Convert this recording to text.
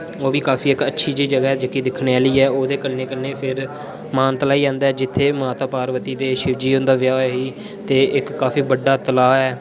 ओह् बी काफी इक अच्छी जेई जगहा ऐ जेह् की दिखने आह्ली ऐ ओह्दे कन्नै कन्नै मानतलाई आंदा ऐ जित्थे माता पार्वती ते शिवजी उंदा ब्याह होया ही ते इक काफी बड्डा तला ऐ